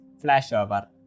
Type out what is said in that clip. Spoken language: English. flashover